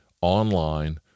online